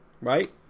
right